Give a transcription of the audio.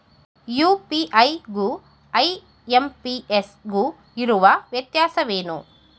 UPI ಗು IMPS ಗು ಇರುವ ವ್ಯತ್ಯಾಸವೇನು?